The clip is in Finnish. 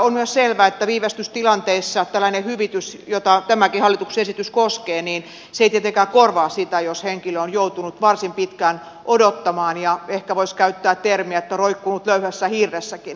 on myös selvää että viivästystilanteissa tällainen hyvitys jota tämäkin hallituksen esitys koskee ei tietenkään korvaa sitä jos henkilö on joutunut varsin pitkään odottamaan ja ehkä voisi käyttää termiä roikkunut löyhässä hirressäkin